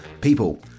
people